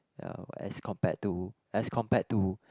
ya as compared to as compared to